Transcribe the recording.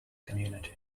community